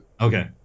Okay